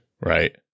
right